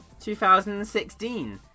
2016